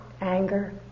anger